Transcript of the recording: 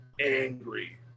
angry